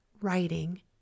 writing